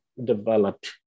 developed